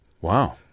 Wow